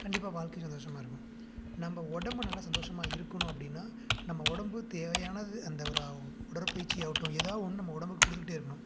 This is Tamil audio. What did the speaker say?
கண்டிப்பாக வாழ்க்கை சந்தோசமாக இருக்கும் நம்ம உடம்பு நல்லா சந்தோசமாக இருக்கணும் அப்படின்னா நம்ம உடம்பு தேவையானது அந்த ஒரு உடற்பயிற்சியாகட்டும் ஏதாது ஒன்று நம்ம உடம்புக்கு கொடுத்துக்கிட்டே இருக்கணும்